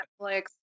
Netflix